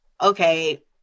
Okay